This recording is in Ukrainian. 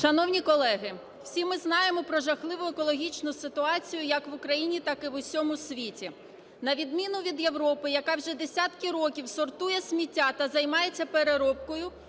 Шановні колеги, всі ми знаємо про жахливу екологічну ситуацію як в Україні, так і у всьому світі. На відміну від Європи, яка вже десятки років сортує сміття та займається переробкою,